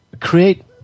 create